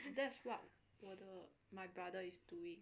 that's what 我的 my brother is doing